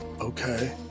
Okay